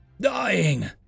Dying